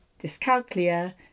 dyscalculia